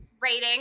rating